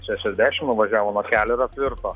šešiasdešim nuvažiavo nuo kelio ir apvirto